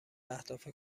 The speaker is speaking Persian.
اهداف